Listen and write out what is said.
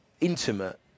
intimate